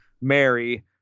Mary